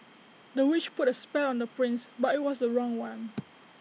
the witch put A spell on the prince but IT was the wrong one